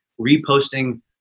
reposting